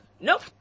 Nope